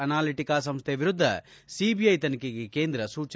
Analytica ಸಂಸ್ಥೆ ವಿರುದ್ದ CBI ತನಿಖೆಗೆ ಕೇಂದ್ರ ಸೂಚನೆ